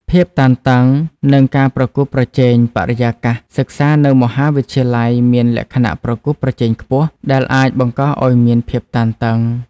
ភាពតានតឹង និងការប្រកួតប្រជែងបរិយាកាសសិក្សានៅមហាវិទ្យាល័យមានលក្ខណៈប្រកួតប្រជែងខ្ពស់ ដែលអាចបង្កឲ្យមានភាពតានតឹង។